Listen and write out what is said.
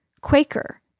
Quaker